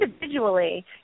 individually